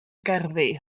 gerddi